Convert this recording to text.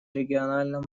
региональном